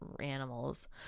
animals